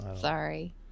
Sorry